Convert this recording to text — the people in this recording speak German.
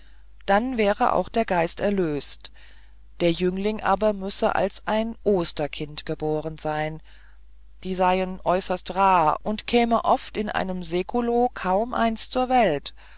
dann wäre auch der geist erlöst der jüngling aber müsse als ein osterkind geboren sein die seien äußerst rar und käme oft in einem säkulo kaum eins zur welt